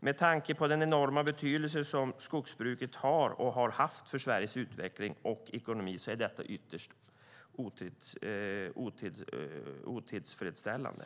Med tanke på den enorma betydelse som skogsbruket har och har haft för Sveriges utveckling och ekonomi är detta ytterst otillfredsställande.